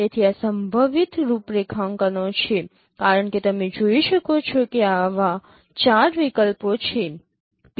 તેથી આ સંભવિત રૂપરેખાંકનો છે કારણ કે તમે જોઈ શકો છો કે ત્યાં આવા ચાર વિકલ્પો છે